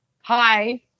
hi